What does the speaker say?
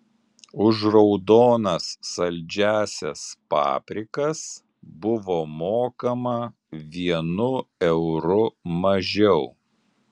už raudonas saldžiąsias paprikas buvo mokama vienu euru mažiau